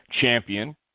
champion